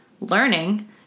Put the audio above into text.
learning